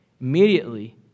Immediately